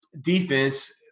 defense –